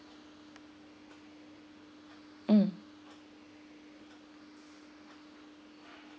mm